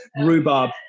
rhubarb